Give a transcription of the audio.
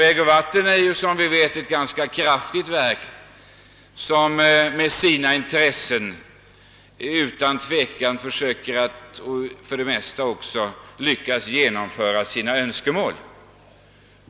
Vägoch vatten är som vi vet ett ganska kraftfullt verk som i regel lyckas genomföra sina önskemål.